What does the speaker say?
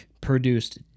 produced